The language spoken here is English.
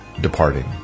departing